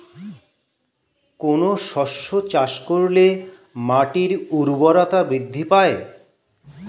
কোন শস্য চাষ করলে মাটির উর্বরতা বৃদ্ধি পায়?